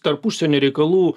tarp užsienio reikalų